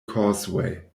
causeway